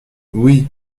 oui